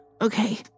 okay